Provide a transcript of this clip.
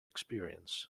experience